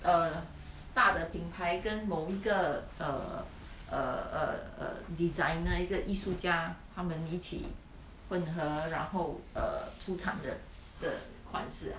err 大的品牌跟某一个 err err err err designer 一个艺术家他们一起混合然后 err 出产的的款式 ah